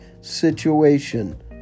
situation